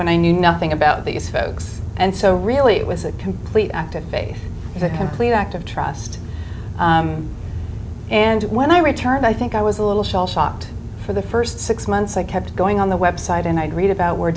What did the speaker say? when i knew nothing about these folks and so really it was a complete act of faith a complete act of trust and when i returned i think i was a little shell shocked for the first six months i kept going on the website and i'd read about where